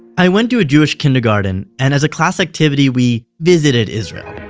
i went to a jewish kindergarten, and as a class activity we visited israel.